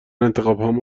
انتخابهام